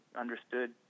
understood